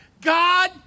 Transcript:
God